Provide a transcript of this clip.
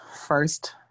first